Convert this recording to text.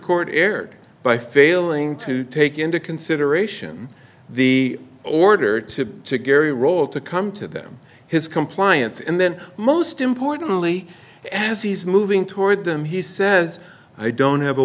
court erred by failing to take into consideration the order to gary role to come to them his compliance and then most importantly as he's moving toward them he says i don't have a